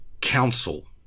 council